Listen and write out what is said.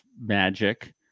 magic